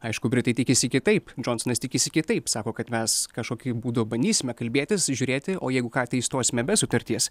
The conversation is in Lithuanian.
aišku britai tikisi kitaip džonsonas tikisi kitaip sako kad mes kažkokiu būdu bandysime kalbėtis žiūrėti o jeigu ką tai išstosime be sutarties